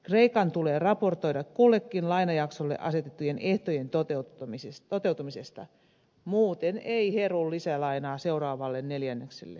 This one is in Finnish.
kreikan tulee raportoida kullekin lainajaksolle asetettujen ehtojen toteutumisesta muuten ei heru lisälainaa seuraavalle neljännekselle